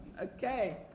okay